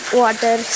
water